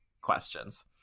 questions